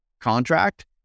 contract